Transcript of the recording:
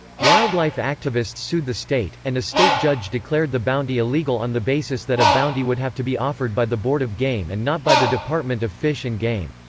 wildlife activists sued the state, and a state judge declared the bounty illegal on the basis that a bounty would have to be offered by the board of game and not by the department of fish and game.